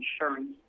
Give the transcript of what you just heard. insurance